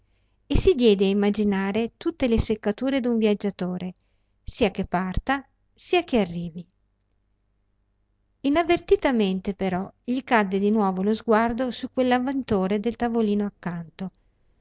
e si diede a immaginare tutte le seccature d'un viaggiatore sia che parta sia che arrivi inavvertitamente però gli cadde di nuovo lo sguardo su quell'avventore del tavolino accanto